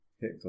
hit